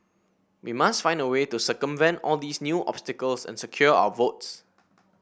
we must find a way to circumvent all these new obstacles and secure our votes